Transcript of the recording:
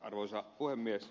arvoisa puhemies